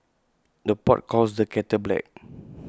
the pot calls the kettle black